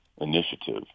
initiative